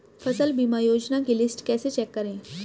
फसल बीमा योजना की लिस्ट कैसे चेक करें?